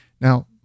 Now